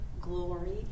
glory